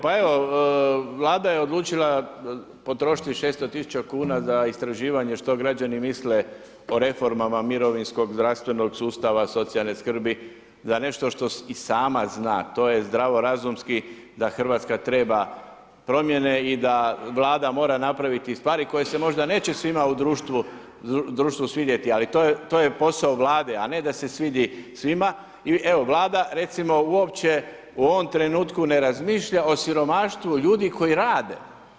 Pa evo, Vlada je odlučila potrošiti 600 000 kuna za istraživanje što građani misle o reformama mirovinskog, zdravstvenog sustav, socijalne skrbi, za nešto što i sama zna, to je zdravorazumski da Hrvatska treba promjene i da Vlada mora napraviti stvari koje se možda neće svima u društvu svidjeti ali to je posao Vlade a ne da se svidi svima i evo Vlada recimo uopće u ovom trenutku ne razmišlja o siromaštvu ljudi koji rade.